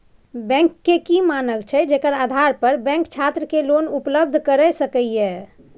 Bank के की मानक छै जेकर आधार पर बैंक छात्र के लोन उपलब्ध करय सके ये?